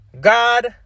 God